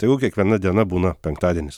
tegu kiekviena diena būna penktadienis